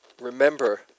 remember